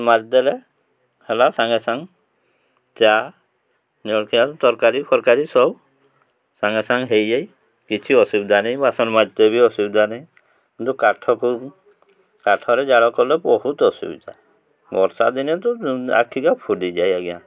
ମାରିଦେଲେ ହେଲା ସାଙ୍ଗେ ସାଙ୍ଗେ ଚା' ଜଳଖିଆ ତରକାରୀ ଫରକାରୀ ସବୁ ସାଙ୍ଗେ ସାଙ୍ଗେ ହେଇଯାଇ କିଛି ଅସୁବିଧା ନାହିଁ ବାସନ ମାରିତେ ବି ଅସୁବିଧା ନାହିଁ କିନ୍ତୁ କାଠକୁ କାଠରେ ଜାଳ କଲେ ବହୁତ ଅସୁବିଧା ବର୍ଷା ଦିନେ ତ ଆଖିକା ଫୁଲିଯାଏ ଆଜ୍ଞା